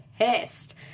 pissed